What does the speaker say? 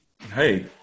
hey